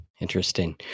Interesting